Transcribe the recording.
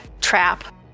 trap